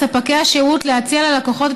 להקל על ספקי השירות להציע ללקוחות